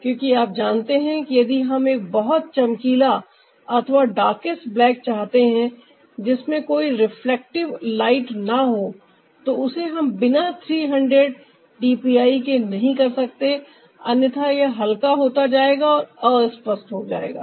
क्योंकि आप जानते हैं यदि हम एक बहुत चमकीला अथवा दार्केस्ट ब्लैक चाहते हैं जिसमें कोई रिफ्लेक्टिव लाइट ना हो तो उसे हम बिना 300 डीपीआई के नहीं कर सकते अन्यथा यह हल्का होता जाएगा और अस्पष्ट हो जाएगा